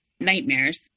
nightmares